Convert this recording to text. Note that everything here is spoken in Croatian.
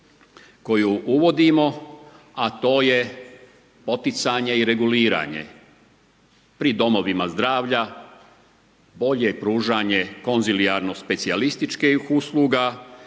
koju uvodimo a to je poticanje i reguliranje pri domovima zdravlja, bolje pružanje konzilijarno specijalističkih usluga